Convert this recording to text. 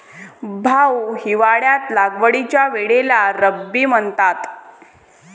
भाऊ, हिवाळ्यात लागवडीच्या वेळेला रब्बी म्हणतात